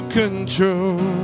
control